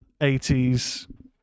80s